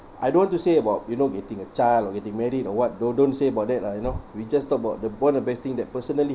I don't want to say about you know getting a child or getting married or what don't don't say about that lah you know we just talk about the one of best thing that personally